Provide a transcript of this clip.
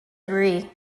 agree